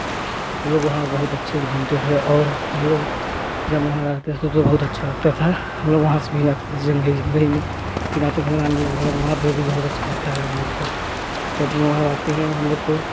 तो वह वहाँ बहुत अच्छे से घूमते थे और हम लोग जब वहाँ रहते थे तो बहुत अच्छा लगता था हम लोग वहाँ से भी जाते थे जंघई जंघई में वहाँ पर भी बहुत अच्छा लगता है हम लोगों को वहाँ रहते हैं हम लोगों को